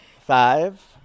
Five